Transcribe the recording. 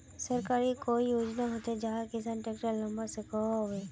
सरकारी कोई योजना होचे जहा से किसान ट्रैक्टर लुबा सकोहो होबे?